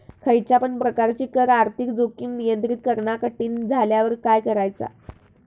खयच्या पण प्रकारची कर आर्थिक जोखीम नियंत्रित करणा कठीण झाल्यावर काय करायचा?